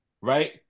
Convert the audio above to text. right